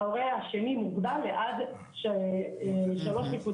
ההורה השני מוגבל לעד תשעה ימים.